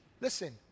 Listen